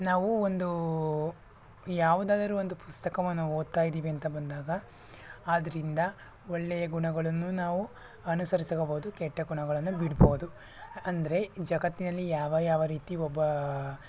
ನಾವು ಒಂದು ಯಾವುದಾದರೂ ಒಂದು ಪುಸ್ತಕವನ್ನು ಓದ್ತಾ ಇದ್ದೀವಿ ಅಂತ ಬಂದಾಗ ಅದರಿಂದ ಒಳ್ಳೆಯ ಗುಣಗಳನ್ನೂ ನಾವು ಅನುಸರಿಸ್ಕೋಬೋದು ಕೆಟ್ಟ ಗುಣಗಳನ್ನು ಬಿಡ್ಬೋದು ಅಂದರೆ ಜಗತ್ತಿನಲ್ಲಿ ಯಾವ ಯಾವ ರೀತಿ ಒಬ್ಬ